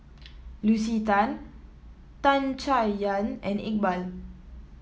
Lucy Tan Tan Chay Yan and Iqbal